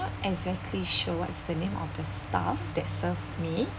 exactly sure what's the name of the staff that served me